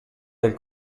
del